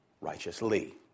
righteously